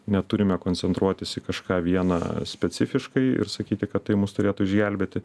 neturime koncentruotis į kažką vieną specifiškai ir sakyti kad tai mus turėtų išgelbėti